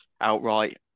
outright